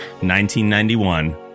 1991